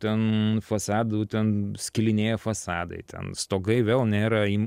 ten fasadų ten skilinėja fasadai ten stogai vėl nėra